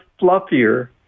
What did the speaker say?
fluffier